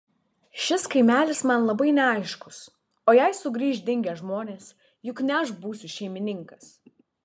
šis kaimelis man labai neaiškus o jei sugrįš dingę žmonės juk ne aš būsiu šeimininkas